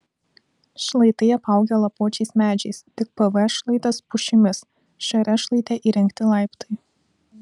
šlaitai apaugę lapuočiais medžiais tik pv šlaitas pušimis šr šlaite įrengti laiptai